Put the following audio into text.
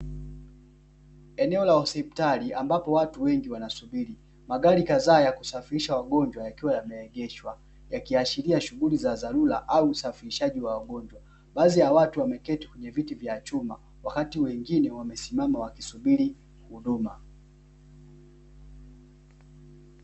Eneo la hosipitali ambapo watu wengi wanasubiri, magari kadhaa ya kusafirisha wagonjwa yakiwa yameegehswa yakiashiria shughuli za dharura au usafirishaji wa wagonjwa. Baadhi ya watu wameketi kwenye viti vya chuma wakati wengine wamesimama wakisubiri huduma.